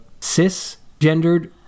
cisgendered